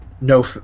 No